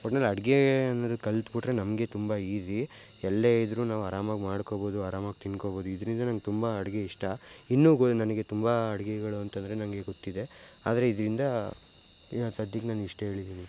ಒಟ್ನಲ್ಲಿ ಅಡುಗೆ ಅನ್ನೋದು ಕಲ್ತ್ಬಿಟ್ರೆ ನಮಗೆ ತುಂಬ ಈಸಿ ಎಲ್ಲೇ ಇದ್ರೂ ನಾವು ಅರಾಮಾಗಿ ಮಾಡ್ಕೋಬೋದು ಅರಾಮಾಗಿ ತಿನ್ಕೊಬೋದು ಇದರಿಂದ ನಂಗೆ ತುಂಬ ಅಡುಗೆ ಇಷ್ಟ ಇನ್ನೂ ಗು ನನಗೆ ತುಂಬ ಅಡುಗೆಗಳು ಅಂತಂದರೆ ನನಗೆ ಗೊತ್ತಿದೆ ಆದರೆ ಇದರಿಂದ ಇವಾಗ ಸದ್ಯಕ್ಕೆ ನಾನು ಇಷ್ಟು ಹೇಳಿದೀನಿ